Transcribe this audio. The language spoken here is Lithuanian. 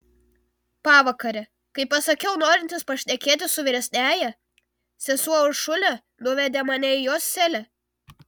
pavakare kai pasakiau norintis pašnekėti su vyresniąja sesuo uršulė nuvedė mane į jos celę